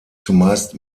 zumeist